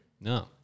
No